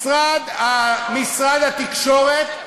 משרד התקשורת,